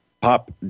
Pop